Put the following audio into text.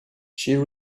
she